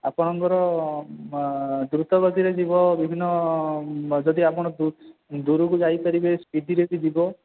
ଆପଣଙ୍କର ଦ୍ରୁତଗତିରେ ଯିବ ବିଭିନ୍ନ ଯଦି ଆପଣ ବହୁତ ଦୂରକୁ ଯାଇପାରିବେ ସ୍ପୀଡ଼ରେ ବି ଯିବେ